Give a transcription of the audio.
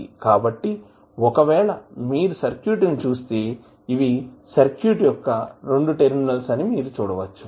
కాబట్టి ఒకవేళ మీరు సర్క్యూట్ ని చుస్తే ఇవి సర్క్యూట్ యొక్క 2 టెర్మినల్స్ అని మీరు చూడవచ్చు